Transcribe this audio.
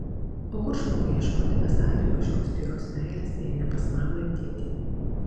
o kur žmogui ieškoti besąlygiškos tyros meilės jei ne pas mamą ir tėtį